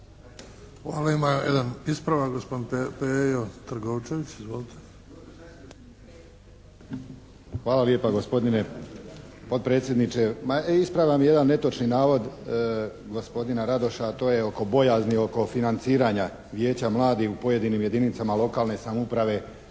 Hvala. Ima jedan ispravak, gospodin Pejo Trgovčeić. Izvolite. **Trgovčević, Pejo (HSP)** Hvala lijepa gospodine potpredsjedniče. Ma ispravljam jedan netočan navod gospodina Radoša a to je oko bojazni oko financiranja Vijeća mladih u pojedinim jedinicama lokalne samouprave